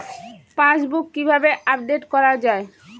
Passbook কিভাবে update করা হয়?